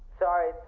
sorry,